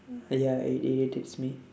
ya it irritates me